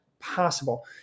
possible